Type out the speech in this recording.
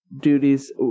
duties